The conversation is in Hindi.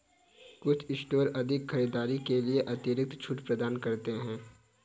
कुछ स्टोर अधिक खरीदारी के लिए अतिरिक्त छूट प्रदान करते हैं